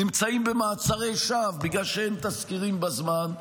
נמצאים במעצרי שווא מפני שאין תזכירים בזמן.